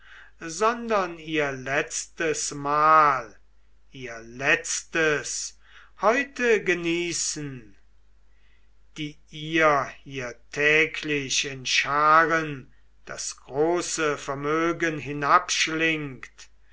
sondern ihr letztes mahl ihr letztes heute genießen die ihr hier täglich in scharen das große vermögen